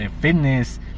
fitness